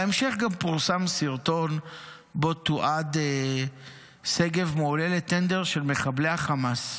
בהמשך גם פורסם סרטון שבו תועד שגב מועלה לטנדר של מחבלי החמאס.